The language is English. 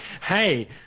hey